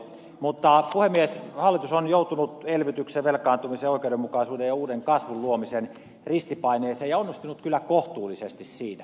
mutta puhemies hallitus on joutunut elvytyksen ja velkaantumisen oikeudenmukaisuuden ja uuden kasvun luomisen ristipaineeseen ja onnistunut kyllä kohtuullisesti siinä